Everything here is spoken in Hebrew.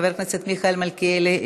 חבר הכנסת מיכאל מלכיאלי,